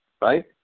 right